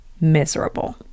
miserable